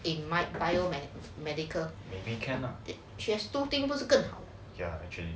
it might bio med medical